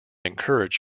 encourage